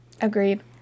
Agreed